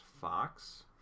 Fox